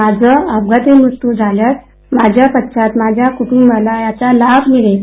माझा अपघाती मृत्यूी झाल्या स माझ्यापश्वानत माझ्या कुटुंबाला याचा लाभ होईल